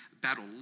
battle